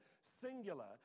singular